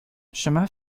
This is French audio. chemin